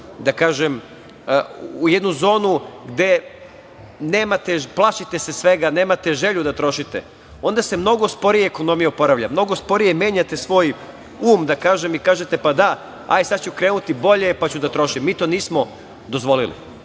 ako uđete u jednu zonu gde se plašite svega, nemate želju da trošite, onda se mnogo sporije ekonomija oporavlja. Mnogo sporije menjate svoj um i kažete – pa da, sada ću krenuti bolje, pa ću da trošim. Mi to nismo dozvolili.